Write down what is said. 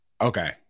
Okay